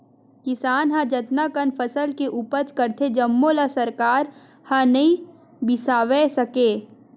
किसान ह जतना कन फसल के उपज करथे जम्मो ल सरकार ह नइ बिसावय सके